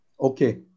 Okay